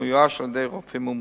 המאויש על-ידי רופאים מומחים.